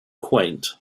quaint